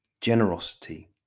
generosity